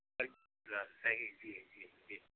अच्छा सही जी जी जी